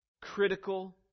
critical